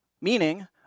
Meaning